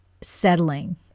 settling